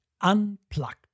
Unplugged